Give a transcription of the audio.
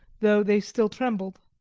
though they still trembled.